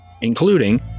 including